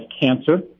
cancer